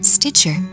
Stitcher